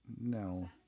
No